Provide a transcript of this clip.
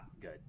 good